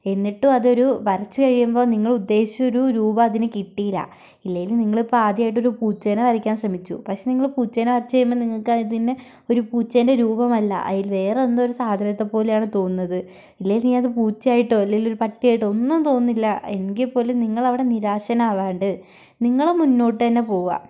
എന്നിട്ടും അതൊരു വരച്ചു കഴിയുമ്പോൾ നിങ്ങളുദ്ദേശിച്ചൊരു രൂപം അതിന് കിട്ടിയില്ല ഇല്ലെങ്കിലും നിങ്ങളിപ്പോൾ ആദ്യമായിട്ട് ഒരു പൂച്ചേനെ വരക്കാൻ ശ്രമിച്ചു പക്ഷേ നിങ്ങൾ പൂച്ചേനെ വരച്ചു കഴിയുമ്പോൾ നിങ്ങൾക്കതിനെ ഒരു പൂച്ചേന്റെ രൂപമല്ല അതിൽ വേറെ എന്തോ സാധനത്തെ പോലെയാണ് തോന്നുന്നത് ഇല്ലെങ്കിൽ അതു പൂച്ചയായിട്ടോ അല്ലെങ്കിലൊരു പട്ടിയായിട്ടോ ഒന്നും തോന്നുന്നില്ല എങ്കിൽപ്പോലും നിങ്ങളവിടെ നിരാശനാവാണ്ട് നിങ്ങൾ മുന്നോട്ട് തന്നെ പോവുക